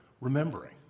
remembering